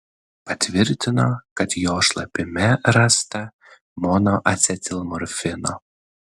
patvirtino kad jo šlapime rasta monoacetilmorfino